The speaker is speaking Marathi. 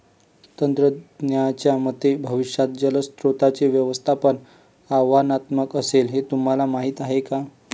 तज्ज्ञांच्या मते भविष्यात जलस्रोतांचे व्यवस्थापन आव्हानात्मक असेल, हे तुम्हाला माहीत आहे का?